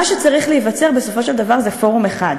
מה שצריך להיווצר בסופו של דבר זה פורום אחד,